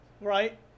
Right